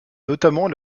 notamment